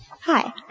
Hi